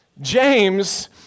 James